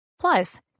Plus